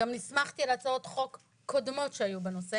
גם נסמכתי על הצעות חוק קודמות שהיו בנושא